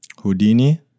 houdini